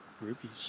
rubies